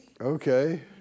Okay